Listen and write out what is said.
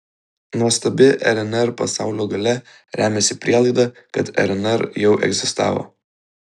nuostabi rnr pasaulio galia remiasi prielaida kad rnr jau egzistavo